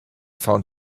found